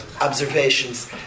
observations